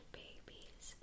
babies